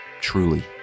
truly